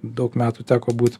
daug metų teko būt